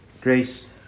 Grace